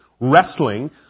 wrestling